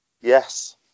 yes